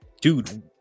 Dude